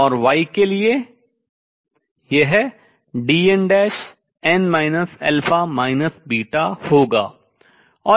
और y के लिए यह Dnn α β होगा